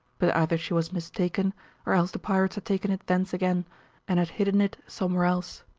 but either she was mistaken or else the pirates had taken it thence again and had hidden it somewhere else.